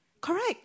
Correct